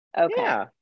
Okay